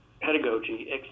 pedagogy